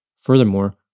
Furthermore